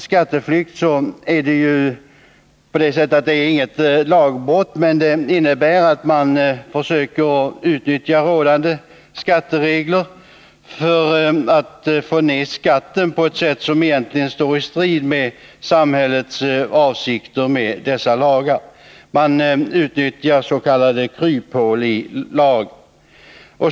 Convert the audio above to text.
Skatteflykt är ju inget lagbrott men innebär försök att utnyttja rådande skatteregler för att få ned skatten på ett sätt som egentligen står i strid med samhällets avsikter med dessa lagar. S. k. kryphål i lagen utnyttjas.